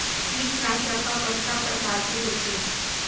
कीटनाशक ह कतका प्रकार के होथे?